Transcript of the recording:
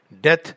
death